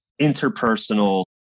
interpersonal